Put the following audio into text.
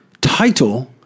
title